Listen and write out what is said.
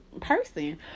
person